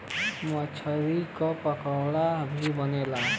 मछरी के पकोड़ा भी बनेला